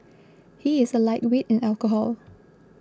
he is a lightweight in alcohol